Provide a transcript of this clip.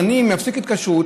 אם אני מפסיק התקשרות,